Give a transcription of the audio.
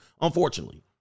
Unfortunately